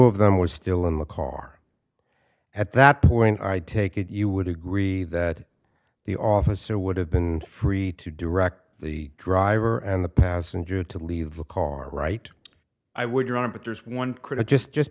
of them was still in the car at that point i take it you would agree that the officer would have been free to direct the driver and the passenger to leave the car right i would your honor but there's one critic just just